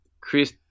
Chris